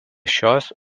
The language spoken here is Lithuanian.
šios